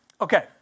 Okay